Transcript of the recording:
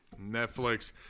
Netflix